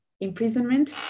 imprisonment